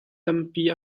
tampi